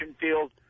field